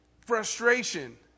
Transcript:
frustration